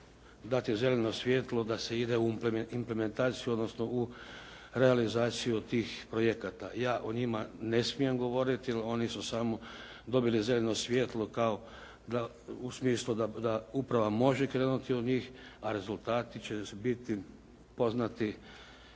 dati zeleno svjetlo da se ide u implementaciju, odnosno u realizaciju tih projekata. Ja o njima ne smijem govoriti jer oni su samo dobili zeleno svjetlo u smislu da uprava može krenuti u njih, a rezultati će biti poznati,